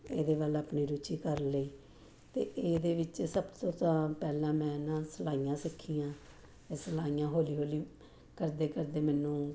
ਇਹਦੇ ਵੱਲ ਆਪਣੀ ਰੁਚੀ ਕਰ ਲਈ ਅਤੇ ਇਹਦੇ ਵਿੱਚ ਸਭ ਤੋਂ ਤਾਂ ਪਹਿਲਾਂ ਮੈਂ ਨਾ ਸਲਾਈਆਂ ਸਿੱਖੀਆਂ ਸਲਾਈਆਂ ਹੌਲੀ ਹੌਲੀ ਕਰਦੇ ਕਰਦੇ ਮੈਨੂੰ